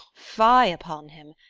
fie upon him!